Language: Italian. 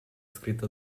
scritta